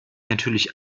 natürlich